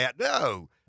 no